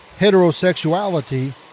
heterosexuality